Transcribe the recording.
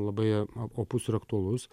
labai op opus ir aktualus